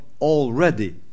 already